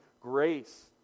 grace